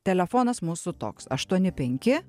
telefonas mūsų toks aštuoni penki